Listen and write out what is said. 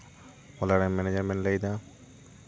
ᱳᱞᱟ ᱨᱮᱱ ᱢᱮᱱᱮᱡᱟᱨ ᱵᱮᱱ ᱞᱟᱹᱭᱫᱟ